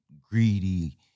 greedy